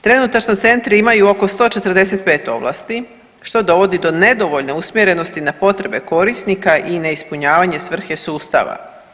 Trenutačno centri imaju oko 145 ovlasti što dovodi do nedovoljne usmjerenosti na potrebe korisnika i neispunjavanje svrhe sustava.